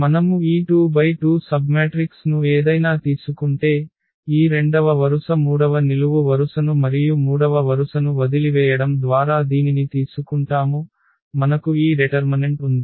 మనము ఈ 2×2 సబ్మ్యాట్రిక్స్ ను ఏదైనా తీసుకుంటే ఈ రెండవ వరుస మూడవ నిలువు వరుసను మరియు మూడవ వరుసను వదిలివేయడం ద్వారా దీనిని తీసుకుంటాము మనకు ఈ డెటర్మనెంట్ ఉంది